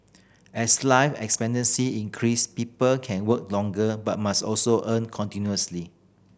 as life expectancy increase people can work longer but must also earn continuously